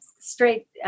straight